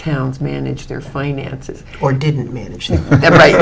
towns manage their finances or didn't mean that right